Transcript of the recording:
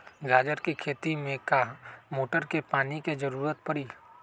गाजर के खेती में का मोटर के पानी के ज़रूरत परी?